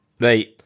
Right